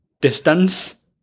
Distance